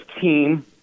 team